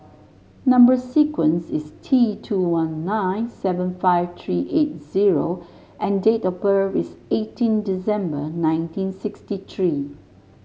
number sequence is T two one nine seven five three eight zero and date of birth is eighteen December nineteen sixty three